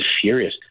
furious